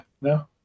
no